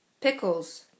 Pickles